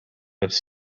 its